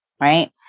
right